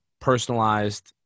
personalized